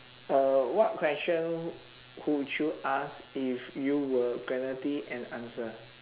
uh what question could you ask if you were guaranteed an answer